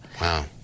Wow